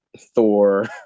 Thor